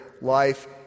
Life